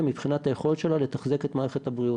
מבחינת היכולת שלה לתחזק את מערכת הבריאות,